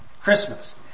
Christmas